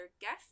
guest